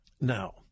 Now